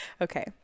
Okay